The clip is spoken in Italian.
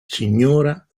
signora